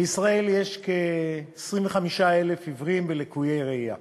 בישראל יש כ-25,000 עיוורים ולקויי ראייה.